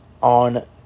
On